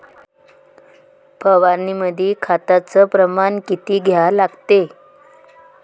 फवारनीमंदी खताचं प्रमान किती घ्या लागते?